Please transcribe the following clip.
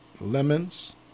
lemons